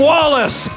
Wallace